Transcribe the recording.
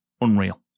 unreal